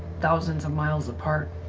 thousands of miles apart.